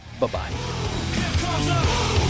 Bye-bye